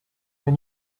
can